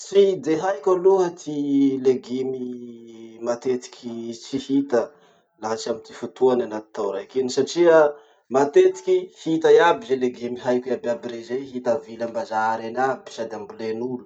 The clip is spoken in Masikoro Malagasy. Tsy de haiko aloha ty legume matetiky tsy hita laha tsy amy ty fotoany anaty tao raiky satria matetiky hita iaby ze legume haiko iaby iaby rey zay, hita avily ambazary eny iaby sady ambolen'olo.